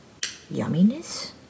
yumminess